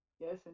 Yes